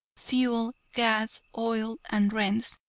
fuel, gas, oil, and rents,